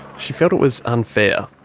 she felt it was unfair.